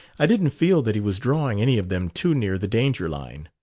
i didn't feel that he was drawing any of them too near the danger-line.